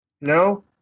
No